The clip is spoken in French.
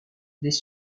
des